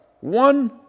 One